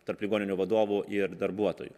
tarp ligoninių vadovų ir darbuotojų